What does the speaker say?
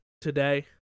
today